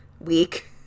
week